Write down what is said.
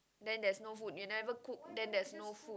then there's no food you never cook then there's no food